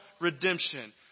redemption